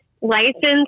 licensed